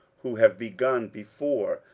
who have begun before,